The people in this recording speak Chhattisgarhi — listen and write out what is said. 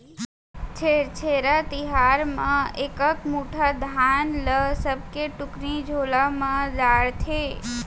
छेरछेरा तिहार म एकक मुठा धान ल सबके टुकनी झोला म डारथे